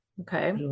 Okay